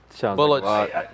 bullets